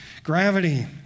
Gravity